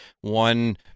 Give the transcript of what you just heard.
one